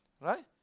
right